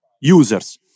users